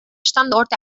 standorte